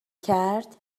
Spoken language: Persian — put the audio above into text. کرد